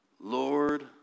Lord